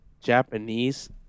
Japanese